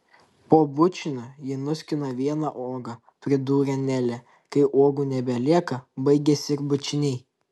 po bučinio ji nuskina vieną uogą pridūrė nelė kai uogų nebelieka baigiasi ir bučiniai